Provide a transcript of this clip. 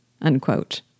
unquote